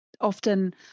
often